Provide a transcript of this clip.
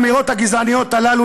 האמירות הגזעניות הללו,